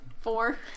Four